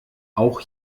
auch